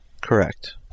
Correct